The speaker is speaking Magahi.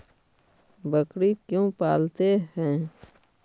बकरी क्यों पालते है?